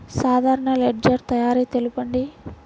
సాధారణ లెడ్జెర్ తయారి తెలుపండి?